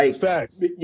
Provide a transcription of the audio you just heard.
Facts